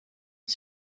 het